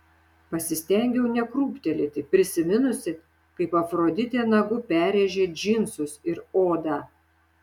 pasistengiau nekrūptelėti prisiminusi kaip afroditė nagu perrėžė džinsus ir odą